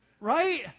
right